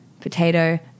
potato